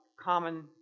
common